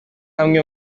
amwe